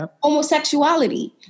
Homosexuality